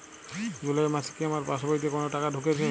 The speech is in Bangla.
জুলাই মাসে কি আমার পাসবইতে কোনো টাকা ঢুকেছে?